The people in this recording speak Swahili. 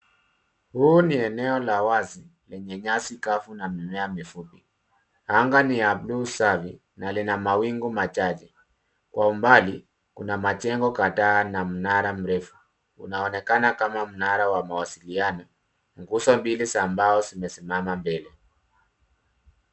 Huu ni eneo la wazi lenye nyasi kavu na mimea mifupi. Anga ni ya buluu safi na lina mawingu machache. Kwa umbali kuna majengo kadhaa na mnara mrefu. Unaonekana kama mnara wa mawasiliano. Nguzo mbili za mbao zimesimama mbele.